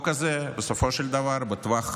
היא שבסופו של דבר בטווח